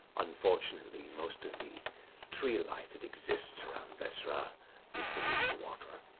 unfortunately, most of the tree life that exists around vesrah is beneath the water.